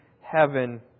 heaven